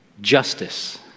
justice